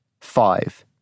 Five